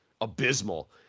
abysmal